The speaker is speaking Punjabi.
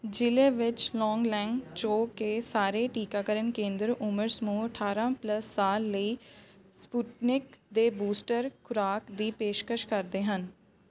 ਜ਼ਿਲ੍ਹੇ ਵਿੱਚ ਲੌਂਗਲੈਂਗ ਜੋ ਕਿ ਸਾਰੇ ਟੀਕਾਕਰਨ ਕੇਂਦਰ ਉਮਰ ਸਮੂਹ ਅਠਾਰਾਂ ਪਲਸ ਸਾਲ ਲਈ ਸਪੁਟਨਿਕ ਦੇ ਬੂਸਟਰ ਖੁਰਾਕ ਦੀ ਪੇਸ਼ਕਸ਼ ਕਰਦੇ ਹਨ